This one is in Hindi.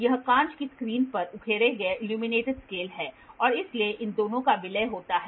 यह काँच की स्क्रीन पर उकेरा गया इल्यूमिनेटेड स्केल है और इसलिए इन दोनों का विलय होता है